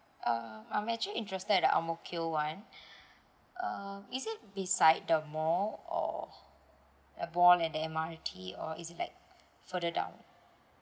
uh I'm actually interested at ang mo kio [one] um is it beside the mall or a mall at M_R_T or further down